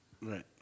Right